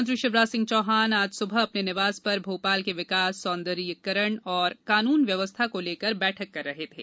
मुख्यमंत्री शिवराज सिंह चौहान आज सुबह अपने निवास पर भोपाल के विकास सौंदर्यीकरण और कानून व्यवस्था को लेकर बैठक कर रहे थे